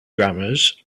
grammars